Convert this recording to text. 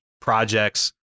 projects